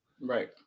Right